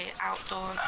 outdoor